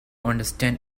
understand